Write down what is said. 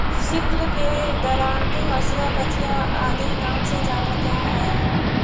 sickle के दरांति, हँसुआ, कचिया आदि नाम से जानल जा हई